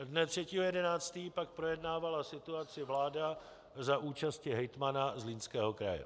Dne 3. 11. pak projednávala situaci vláda za účasti hejtmana Zlínského kraje.